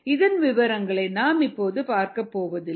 இதன் விவரங்களை நாம் இப்போது பார்க்கப் போவதில்லை